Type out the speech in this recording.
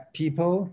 people